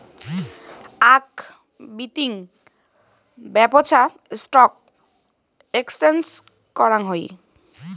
আক বিতিং ব্যপছা স্টক এক্সচেঞ্জ করাং হই